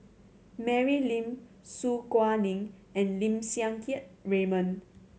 Mary Lim Su Guaning and Lim Siang Keat Raymond